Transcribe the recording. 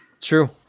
True